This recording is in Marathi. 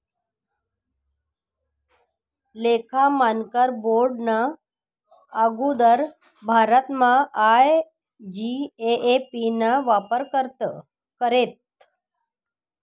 लेखा मानकर बोर्डना आगुदर भारतमा आय.जी.ए.ए.पी ना वापर करेत